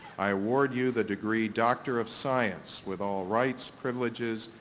i award you the degree doctor of science with all rights, privileges,